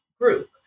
group